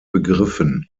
begriffen